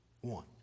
one